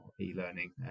e-learning